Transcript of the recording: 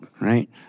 right